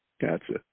Gotcha